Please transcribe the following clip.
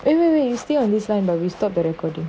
wait wait wait you stay on this line were restored the recording